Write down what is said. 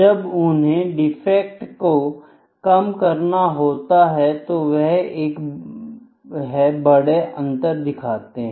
जब उन्हें डिफेक्ट को कम करना होता है तो वह है बड़ा अंतर दिखाते हैं